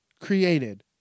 created